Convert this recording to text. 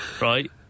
Right